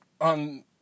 on